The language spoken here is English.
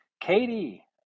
Katie